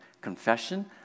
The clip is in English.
confession